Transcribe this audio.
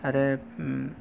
आरो